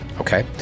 Okay